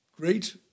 great